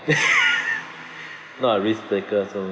not a risk-taker so